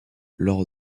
lors